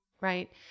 Right